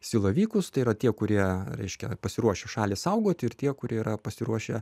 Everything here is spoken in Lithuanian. silavykus tai yra tie kurie reiškia pasiruošę šalį saugoti ir tie kurie yra pasiruošę